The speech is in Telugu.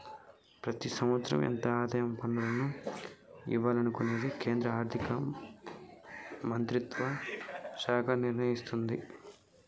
ప్రతి సంవత్సరం ఎంత ఆదాయ పన్నులను వియ్యాలనుకునేది కేంద్రా ఆర్థిక మంత్రిత్వ శాఖ నిర్ణయిస్తదట